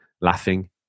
Laughing